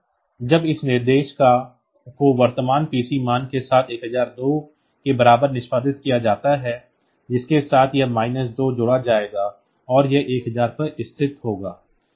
इसलिए जब इस निर्देश को वर्तमान PC मान के साथ 1002 के बराबर निष्पादित किया जाता है जिसके साथ यह माइनस 2 जोड़ा जाएगा और यह 1000 पर स्थित होगा